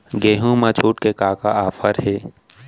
गेहूँ मा छूट के का का ऑफ़र हे?